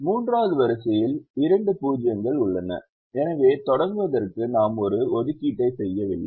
3 வது வரிசையில் இரண்டு 0 கள் உள்ளன எனவே தொடங்குவதற்கு நாம் ஒரு ஒதுக்கீட்டை செய்யவில்லை